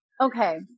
okay